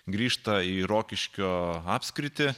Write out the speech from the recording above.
grįžta į rokiškio apskritį